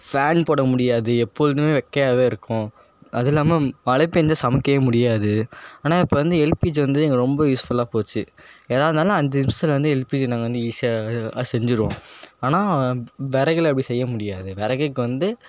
fan போட முடியாது எப்பொழுதுமே வெக்கயாகவே இருக்கும் அது இல்லாமல் மழை பெஞ்சால் சமைக்கவே முடியாது ஆனால் இப்போ வந்து எல்பிஜி வந்து எங்களுக்கு ரொம்ப யூஸ்ஃபுல்லாக போச்சு எதாக இருந்தாலும் அஞ்சு நிமிஷத்தில் வந்து எல்பிஜி நாங்கள் வந்து ஈஸியாக செஞ்சிடும் ஆனால் விறகுல அப்படி செய்ய முடியாது விறகுக்கு வந்து